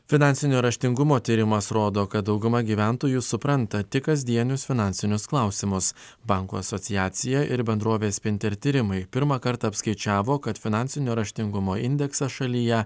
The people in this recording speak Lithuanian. finansinio raštingumo tyrimas rodo kad dauguma gyventojų supranta tik kasdienius finansinius klausimus bankų asociacija ir bendrovės sprinter tyrimai pirmą kartą apskaičiavo kad finansinio raštingumo indeksas šalyje